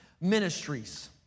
ministries